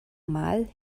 mal